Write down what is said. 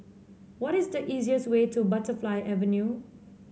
what is the easiest way to Butterfly Avenue